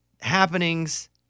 happenings